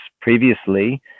previously